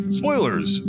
spoilers